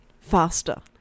faster